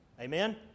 Amen